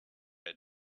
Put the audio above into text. had